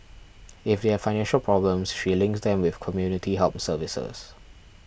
if they have financial problems she links them with community help services